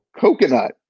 coconut